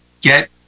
get